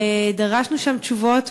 ודרשנו שם תשובות,